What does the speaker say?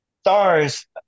stars